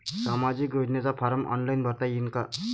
सामाजिक योजनेचा form online भरता येईन का?